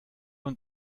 und